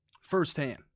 Firsthand